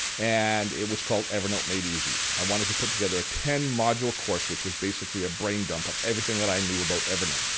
and it was called evernote made easy. i wanted to put together a ten-module course which was basically a brain dump of everything i knew about evernote.